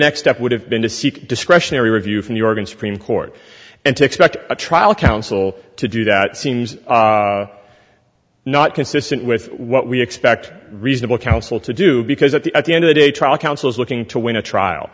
next step would have been to seek discretionary review from the organ supreme court and to expect a trial counsel to do that seems not consistent with what we expect reasonable counsel to do because at the at the end of a trial counsel is looking to win a trial